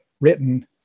written